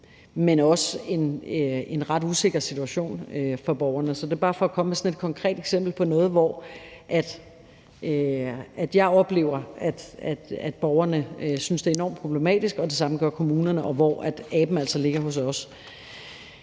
en meget usikker situation for borgerne. Så det er bare for at komme med sådan et konkret eksempel på noget, hvor jeg oplever, at borgerne synes, det er enormt problematisk – og det samme gør kommunerne – og hvor aben altså ligger hos os.